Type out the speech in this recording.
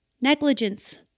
Negligence